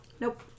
Nope